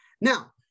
Now